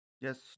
Yes